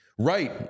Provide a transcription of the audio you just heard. Right